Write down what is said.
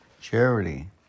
charity